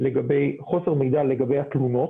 לגבי התלונות.